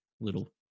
little